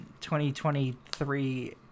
2023